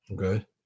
Okay